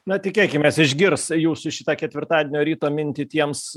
na tikėkimės išgirs jūsų šitą ketvirtadienio ryto mintį tiems